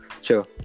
sure